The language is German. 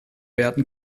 werden